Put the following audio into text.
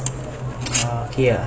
ah okay